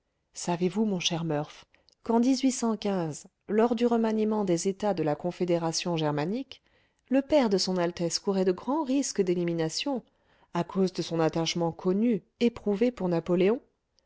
savez-vous mon cher murph qu'en lors du remaniement des états de la confédération germanique le père de son altesse courait de grands risques d'élimination à cause de son attachement connu éprouvé pour napoléon